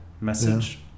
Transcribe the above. message